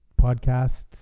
podcasts